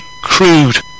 crude